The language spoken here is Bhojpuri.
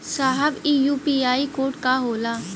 साहब इ यू.पी.आई कोड का होला?